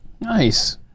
Nice